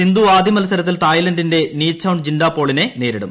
സിന്ധു ആദ്യ മൽസരത്തിൽ തായ്ലന്റിന്റെ നീച്ചൌൺ ജിൻഡാപോളിനെ നേരിടും